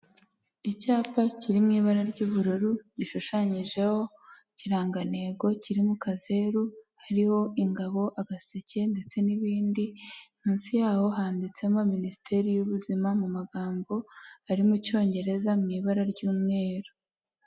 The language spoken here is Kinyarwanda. Icyapa kiri mu ibara ry'ubururu, gishushanyijeho ikirangagantego kiri mu kazeru, hariho ingabo, agaseke ndetse n'ibindi, munsi yaho handitsemo Minisiteri y'ubuzima mu magambo ari mu Cyongereza mu ibara ry'umweru.